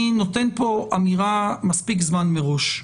אני נותן פה אמירה מספיק זמן מראש,